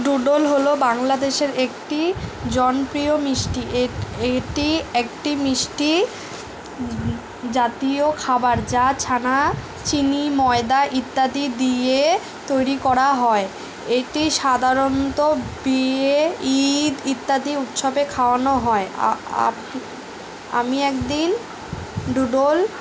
doodle হলো বাংলাদেশের একটি জনপ্রিয় মিষ্টি এ এটি একটি মিষ্টি জাতীয় খাবার যা ছানা চিনি ময়দা ইত্যাদি দিয়ে তৈরি করা হয় এটি সাধারণত বিয়ে ঈদ ইত্যাদি উৎসবে খাওয়ানো হয় আপ আমি একদিন ডুডল